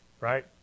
right